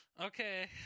Okay